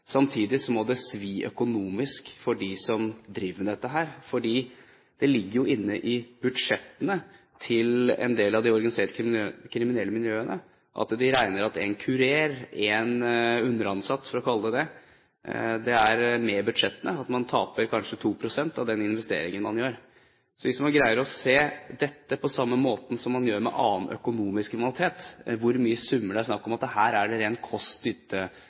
Samtidig må det svi økonomisk for dem som driver med dette. Det ligger inne i budsjettene til en del av de organiserte kriminelle miljøene – de regner at en kurér, en underansatt for å kalle det det, er med i budsjettene – at man kanskje taper 2 pst. av den investeringen man gjør. Hvis man greier å se dette på samme måten som man gjøre med annen økonomisk kriminalitet, hvor store summer det er, at det er snakk om